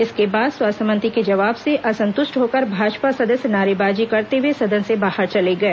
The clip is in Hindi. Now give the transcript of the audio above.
इसके बाद स्वास्थ्य मंत्री के जवाब से असंतृष्ट होकर भाजपा सदस्य नारेबाजी करते हुए सदन से बाहर चले गए